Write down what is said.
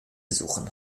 suchen